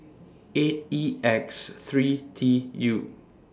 eight E X three T U